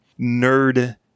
nerd